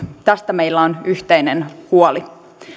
tästä meillä on yhteinen huoli